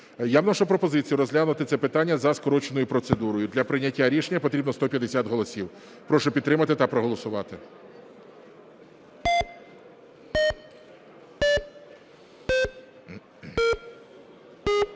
Я вношу пропозицію розглянути це питання за скороченою процедурою. Для прийняття рішення потрібно 150 голосів. Прошу підтримати та проголосувати.